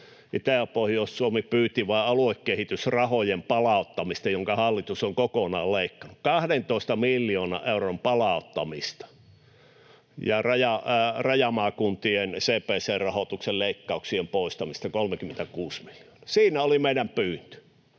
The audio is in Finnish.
Itä- ja Pohjois-Suomi pyysivät vain aluekehitysrahojen palauttamista, jotka hallitus on kokonaan leikannut — 12 miljoonan euron palauttamista ja rajamaakuntien CBC-rahoituksen leikkauksien poistamista, 36 miljoonaa. Siinä oli meidän pyyntö,